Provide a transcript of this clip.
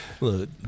look